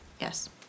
Yes